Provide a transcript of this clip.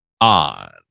on